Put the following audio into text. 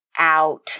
Out